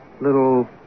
little